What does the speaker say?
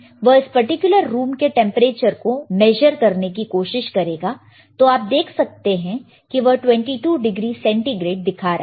तो वह इस पर्टिकुलर रूम के टेंपरेचर को मेजर करने की कोशिश करेगा तो आप देख सकते हैं वह 22 डिग्री सेंटीग्रेड दिखा रहा है